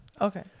Okay